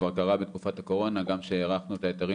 כבר קרה בתקופת הקורונה גם שהארכנו את ההיתרים